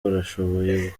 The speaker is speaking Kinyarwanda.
barashoboye